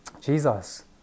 Jesus